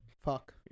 fuck